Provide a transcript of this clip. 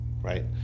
right